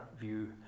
view